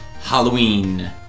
Halloween